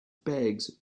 bags